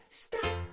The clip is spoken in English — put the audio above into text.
stop